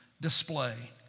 display